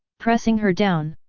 pressing her down.